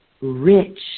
rich